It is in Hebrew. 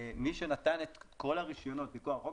מי שנתן את כל הרישיונות מכוח החוק